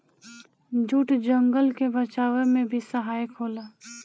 jute जंगल के बचावे में भी सहायक होला